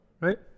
right